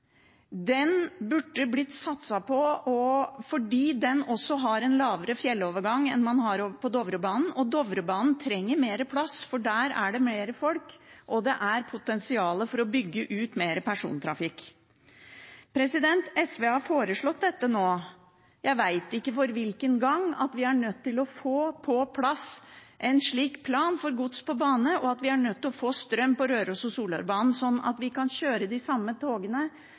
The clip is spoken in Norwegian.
Den burde blitt satset på. Den har også en lavere fjellovergang enn man har på Dovrebanen, og Dovrebanen trenger mer plass, for der er det mer folk, og det er potensial for å bygge ut mer persontrafikk. SV har foreslått nå for jeg veit ikke hvilken gang at vi er nødt til å få på plass en slik plan for gods på bane, og at vi er nødt til å få strøm på Røros- og Solørbanen, sånn at vi kan kjøre de samme togene